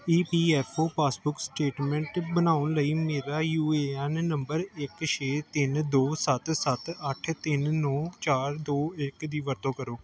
ਈ P F O passbook statement ਬਣਾਉਣ ਲਈ ਮੇਰਾ ਯੂ ਏ ਐਨ ਨੰਬਰ ਇੱਕ ਛੇ ਤਿੰਨ ਦੋ ਸੱਤ ਸੱਤ ਅੱਠ ਤਿੰਨ ਨੌਂ ਚਾਰ ਦੋ ਇੱਕ ਦੀ ਵਰਤੋਂ ਕਰੋ